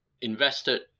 invested